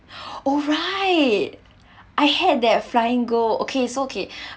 oh right I had that flying goal okay so okay